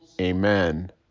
Amen